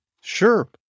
Sure